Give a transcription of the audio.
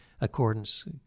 Accordance